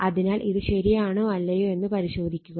അതിനാൽ ഇത് ശരിയാണോ അല്ലയോ എന്ന് പരിശോധിക്കുക